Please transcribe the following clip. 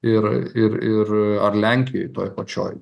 ir ir ir ar lenkijoj toj pačioj